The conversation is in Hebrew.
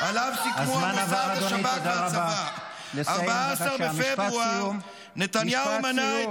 טלי גוטליב (הליכוד): אתה שקרן ----- שעליו סיכמו המוסד,